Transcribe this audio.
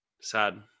sad